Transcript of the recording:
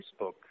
Facebook